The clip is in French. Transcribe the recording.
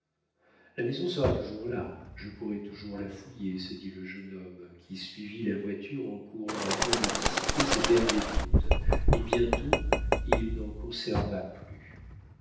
la maison sera toujours là je pourrai toujours la fouiller se dit le jeune homme qui suivit la voiture en courant afin de dissiper ses derniers doutes et bientôt il n'en conserva plus